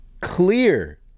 clear